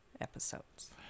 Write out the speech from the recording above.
episodes